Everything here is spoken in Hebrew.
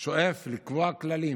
שואף לקבוע כללים